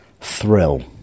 thrill